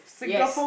yes